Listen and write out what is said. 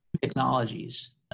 technologies